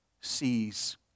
sees